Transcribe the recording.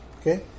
Okay